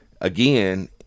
Again